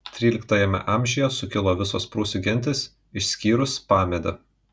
tryliktajame amžiuje sukilo visos prūsų gentys išskyrus pamedę